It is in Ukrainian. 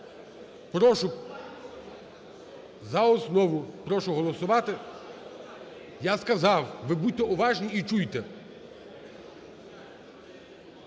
основу. За основу. Прошу голосувати. Я сказав, ви будьте уважні і чуйте.